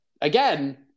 again